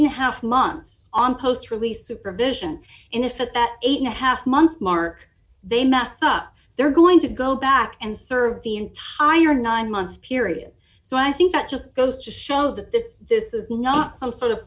eight half months on post release supervision in effect that eight and a half month mark they messed up they're going to go back and serve the entire nine month period so i think that just goes to show that this this is not some sort of